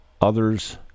others